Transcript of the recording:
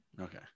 Okay